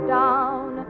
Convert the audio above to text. down